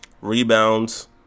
Rebounds